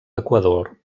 equador